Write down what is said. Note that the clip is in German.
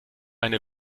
eine